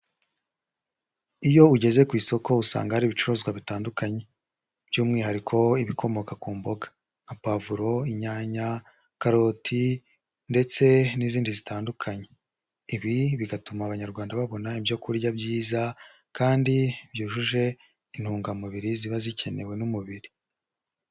Iyo ugeze ku isoko usanga hari ibicuruzwa bitandukanye by'umwihariko ibikomoka ku mboga nka pavuro, inyanya, karoti ndetse n'izindi zitandukanye, ibi bigatuma Abanyarwanda babona ibyo kurya byiza kandi byujuje intungamubiri ziba zikenewe n'umubiri.